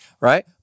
Right